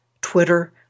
Twitter